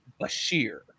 Bashir